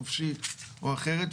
נפשית או אחרת,